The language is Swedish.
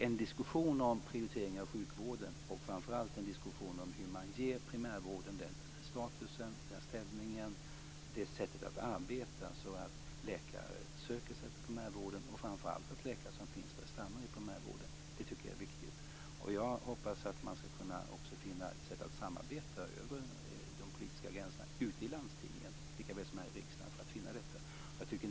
En diskussion om prioriteringar av sjukvården och framför allt en diskussion om hur man ger primärvården den statusen, den ställningen, det sättet att arbeta så att läkare söker sig till primärvården, och framför allt att läkare som finns där stannar, är viktig. Jag hoppas att man också skall kunna finna ett sätt att samarbeta över de politiska gränserna ute i landstingen, likaväl som här i riksdagen.